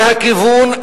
והכיוון,